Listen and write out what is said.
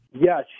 Yes